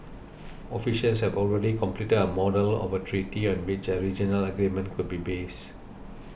officials have already completed a model of a treaty on which a regional agreement could be based